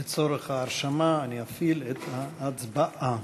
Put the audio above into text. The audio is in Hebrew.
לצורך ההרשמה אני אפעיל את ההצבעה.